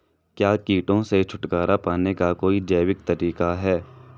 क्या कीटों से छुटकारा पाने का कोई जैविक तरीका है?